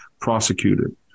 prosecuted